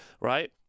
right